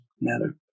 matter